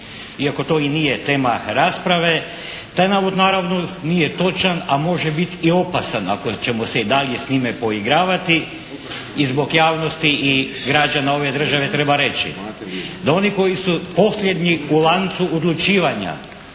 Iako to i nije tema rasprave. Taj navod naravno nije točan a može biti i opasan ako ćemo se i dalje s njime poigravati i zbog javnosti i građana ove države treba reći. No oni koji su posljednji u lancu odlučivanja